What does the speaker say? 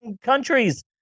countries